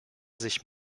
sich